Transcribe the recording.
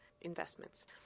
investments